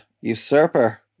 usurper